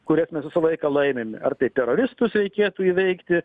kurias mes visą laiką laimim ar tai teroristus reikėtų įveikti